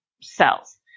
cells